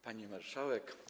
Pani Marszałek!